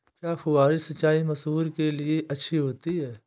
क्या फुहारी सिंचाई मसूर के लिए अच्छी होती है?